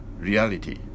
reality